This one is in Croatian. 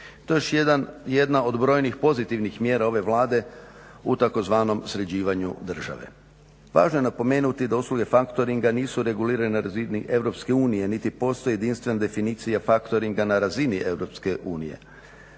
To je još jedna od brojnih pozitivnih mjera ove Vlade u tzv. sređivanju države. Važno je napomenuti da usluge factoringa nisu regulirane na razini EU niti postoji jedinstvena definicija factoringa na razini EU.